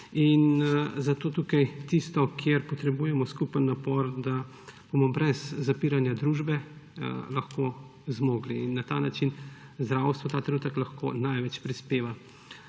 zato je tukaj tisto, kjer potrebujemo skupen napor, da bomo brez zapiranja družbe lahko zmogli. Na ta način zdravstvo ta trenutek lahko največ prispeva